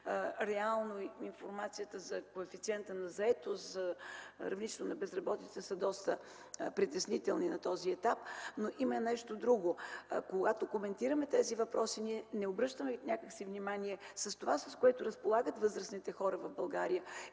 реално информацията за коефициента на заетост и равнището на безработицата са доста притеснителни на този етап. Има и нещо друго. Когато коментираме тези въпроси, ние не обръщаме някак си внимание на това, с което разполагат възрастните хора в България